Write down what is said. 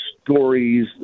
stories